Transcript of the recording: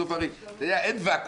אין ואקום.